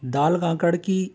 दाल गाकड़ की